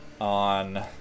on